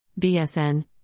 BSN